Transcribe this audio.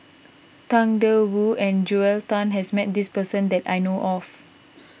Tang Da Wu and Joel Tan has met this person that I know of